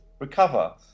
Recover